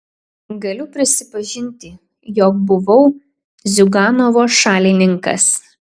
galiu prisipažinti jog buvau ziuganovo šalininkas